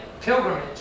pilgrimage